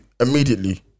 immediately